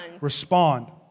Respond